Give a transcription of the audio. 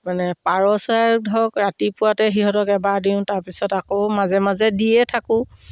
মানে পাৰ চৰাই ধৰক ৰাতিপুৱাতে সিহঁতক এবাৰ দিওঁ তাৰপিছত আকৌ মাজে মাজে দিয়ে থাকোঁ